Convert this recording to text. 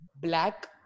black